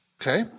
Okay